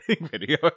video